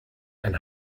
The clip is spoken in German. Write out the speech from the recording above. ein